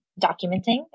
documenting